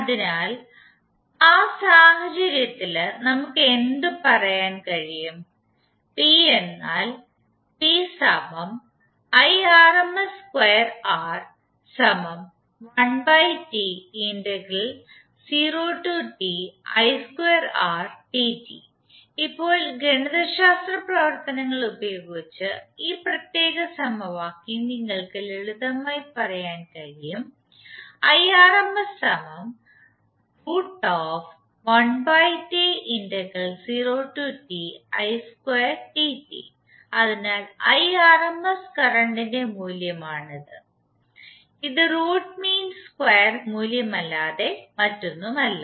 അതിനാൽ ആ സാഹചര്യത്തിൽ നമുക്ക് എന്ത് പറയാൻ കഴിയും നമുക്ക് P എന്നാൽ ഇപ്പോൾ ഗണിതശാസ്ത്ര പ്രവർത്തനങ്ങൾ ഉപയോഗിച്ച് ഈ പ്രത്യേക സമവാക്യംനിങ്ങൾക്ക് ലളിതമായി പറയാൻ കഴിയും അതിനാൽ കറണ്ടിന്റെ മൂല്യമാണ് ഇത് റൂട്ട് മീൻ സ്ക്വയർ മൂല്യമല്ലാതെ മറ്റൊന്നുമല്ല